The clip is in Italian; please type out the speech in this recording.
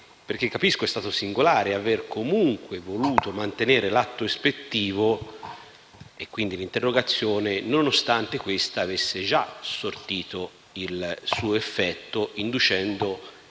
luogo, capisco che è stato singolare avere comunque voluto mantenere l'atto ispettivo, ovvero l'interrogazione, nonostante questa avesse già sortito il suo effetto, inducendo il